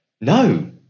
no